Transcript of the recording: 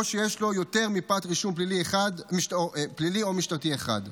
או שיש לו יותר מפרט רישום פלילי או משטרתי אחד.